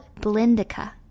Blindica